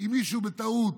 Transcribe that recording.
אם מישהו בטעות